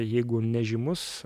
jeigu nežymus